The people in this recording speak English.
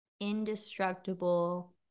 indestructible